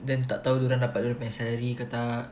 then tak tahu dapat dorang punya salary ke tak